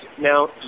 now